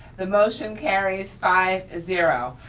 the motion carries five zero.